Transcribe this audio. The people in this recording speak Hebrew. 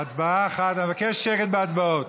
אבקש שקט בהצבעות.